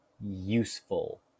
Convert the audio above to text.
useful